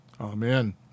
Amen